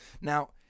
now